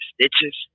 stitches